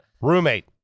Roommate